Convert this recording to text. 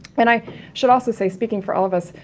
and i should also say speaking for all of us,